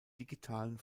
digitalen